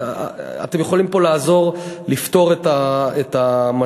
אתם יכולים פה לעזור לפתור את המשבר.